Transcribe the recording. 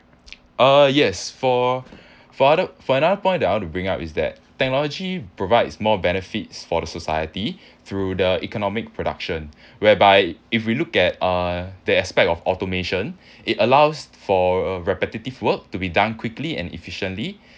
uh yes for othe~ for another point that I want to bring up is that technology provides more benefits for the society through the economic production whereby if we look at uh the aspect of automation it allows for a repetitive work to be done quickly and efficiently